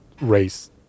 race